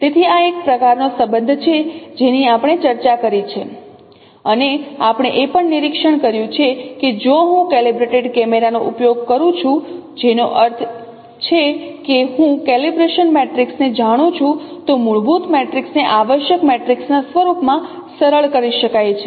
તેથી આ એક પ્રકારનો સંબંધ છે જેની આપણે ચર્ચા કરી છે અને આપણે એ પણ નિરીક્ષણ કર્યું છે કે જો હું કેલિબ્રેટેડ કેમેરા નો ઉપયોગ કરું છું જેનો અર્થ છે કે હું કેલિબ્રેશન મેટ્રિક્સ ને જાણું છું તો મૂળભૂત મેટ્રિક્સને આવશ્યક મેટ્રિક્સના સ્વરૂપ માં સરળ કરી શકાય છે